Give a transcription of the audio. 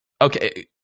okay